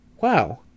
wow